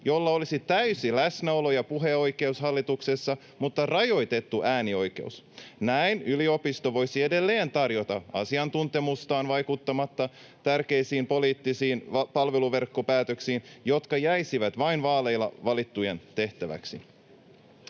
jolla olisi täysi läsnäolo- ja puheoikeus hallituksessa mutta rajoitettu äänioikeus. Näin yliopisto voisi edelleen tarjota asiantuntemustaan vaikuttamatta tärkeisiin poliittisiin palveluverkkopäätöksiin, jotka jäisivät vain vaaleilla valittujen tehtäväksi.